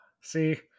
See